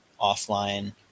offline